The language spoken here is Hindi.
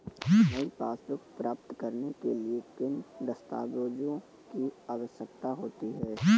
नई पासबुक प्राप्त करने के लिए किन दस्तावेज़ों की आवश्यकता होती है?